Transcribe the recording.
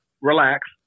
relax